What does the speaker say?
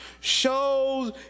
shows